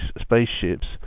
spaceships